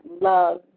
love